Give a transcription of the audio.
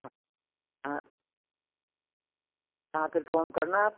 हं हाँ हाँ फिर फोन करना आप